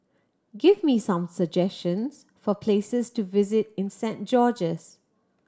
give me some suggestions for places to visit in Saint George's